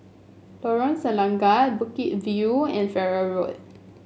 Lorong Selangat Bukit View and Farrer Road